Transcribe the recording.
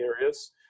areas